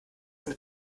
mit